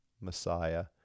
Messiah